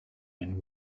and